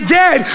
dead